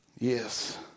Yes